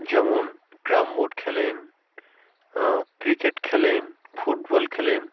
যেমন carrom board খেলেন cricket খেলেন ফুটবল খেলেন